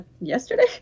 yesterday